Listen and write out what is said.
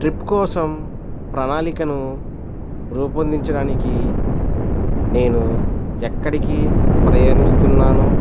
trip కోసం ప్రణాళికను రూపొందించడానికి నేను ఎక్కడికి ప్రయాణిస్తున్నాను